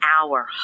hour